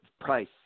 price